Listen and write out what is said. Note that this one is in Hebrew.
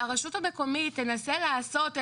שהרשות המקומית תנסה לעשות,